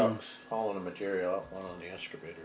not all of the material yesterday